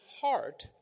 heart